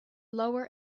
lower